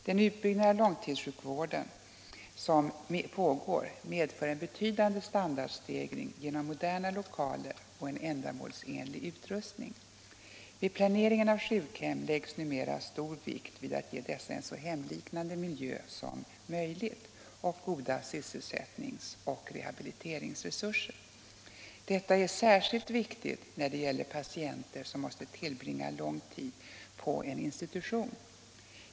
Den utbyggnad av långtidssjukvården som pågår medför en betydande standardstegring genom moderna lokaler och en ändamålsenlig utrustning. Vid planeringen av sjukhem läggs numera stor vikt vid att ge dessa en så hemliknande miljö som möjligt och goda sysselsättningsoch rehabiliteringsresurser. Detta är särskilt viktigt när det gäller patienter som måste tillbringa lång tid på en institution.